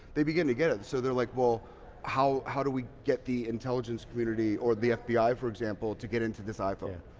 they begin to get it. so they're like, well how how do we get the intelligence community or the fbi, for example, to get into this iphone?